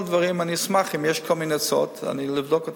אני אשמח אם יהיו כל מיני הצעות ואני אבדוק אותן.